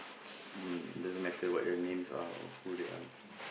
um doesn't matter what their names are or who they are